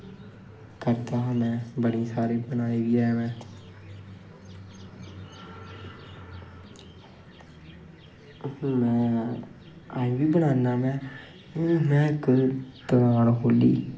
करदा हा में बड़ी सारे बनाए बी हैन न में अज्जें बी बनाना में हून में इक दकान खोह्ली